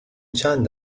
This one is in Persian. چند